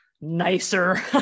nicer